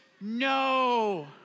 no